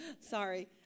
Sorry